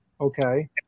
Okay